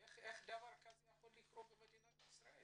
איך דבר כזה יכול לקרות במדינת ישראל?